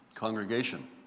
Congregation